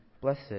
blessed